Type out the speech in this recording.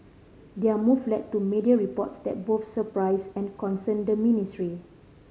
their move led to media reports that both surprised and concerned the ministry